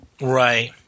Right